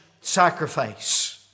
sacrifice